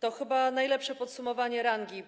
to chyba najlepsze podsumowanie rangi.